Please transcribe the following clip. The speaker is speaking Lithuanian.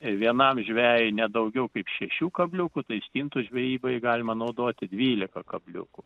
vienam žvejui ne daugiau kaip šešių kabliukų tai stintų žvejybai galima naudoti dvylika kabliukų